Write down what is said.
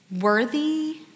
worthy